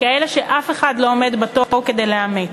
כאלה שאף אחד לא עומד בתור כדי לאמץ.